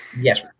Yes